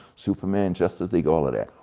superman, justice league, all of that.